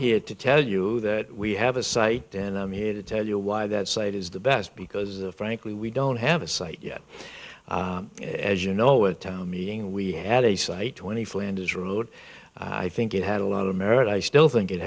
here to tell you that we have a site and i'm here to tell you why that site is the best because frankly we don't have a site yet as you know with town meeting we had a site twenty flanges road i think it had a lot of merit i still think it